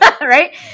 Right